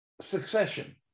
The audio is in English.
succession